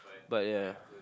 but ya